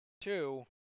Two